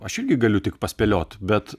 aš irgi galiu tik paspėliot bet